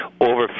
over